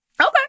Okay